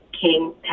King